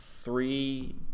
three